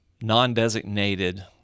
non-designated